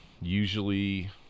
usually